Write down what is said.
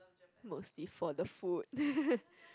mostly for the food